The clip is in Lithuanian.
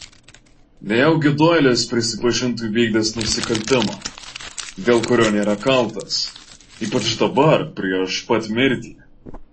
nejaugi doilis prisipažintų įvykdęs nusikaltimą dėl kurio nėra kaltas ypač dabar prieš pat mirtį